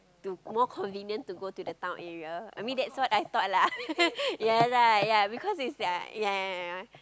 to more convenient to go to the town area I mean that's what I thought lah ya lah ya because it's like ya ya ya ya